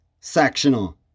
sectional